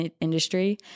industry